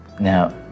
Now